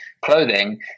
clothing